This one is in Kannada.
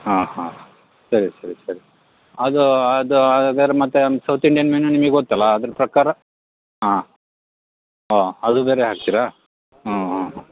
ಹಾಂ ಹಾಂ ಸರಿ ಸರಿ ಸರಿ ಅದು ಅದು ಹಾಗಾದ್ರ್ ಮತ್ತೆ ಸೌತ್ ಇಂಡಿಯನ್ ಮೆನು ನಿಮಿಗೆ ಗೊತ್ತಲ ಅದ್ರ ಪ್ರಕಾರ ಹಾಂ ಹಾಂ ಅದು ಬೇರೆ ಹಾಕ್ತಿರಾ ಹ್ಞೂ ಹ್ಞೂ ಹ್ಞೂ